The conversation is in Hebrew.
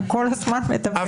אתה כל הזמן מדבר.